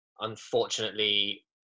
unfortunately